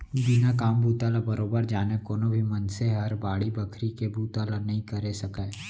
बिना काम बूता ल बरोबर जाने कोनो भी मनसे हर बाड़ी बखरी के बुता ल नइ करे सकय